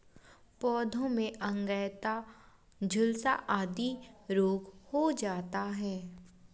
पौधों में अंगैयता, झुलसा आदि रोग हो जाता है